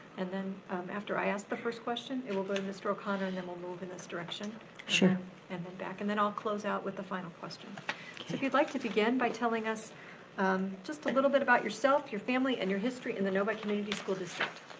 and then after i ask the first question, it will go to mr. o'connor and then we'll move in this direction and then back. and then i'll close out with the final question. so if you'd like to begin by telling us um just a little bit about yourself, your family and your history in the novi community school district.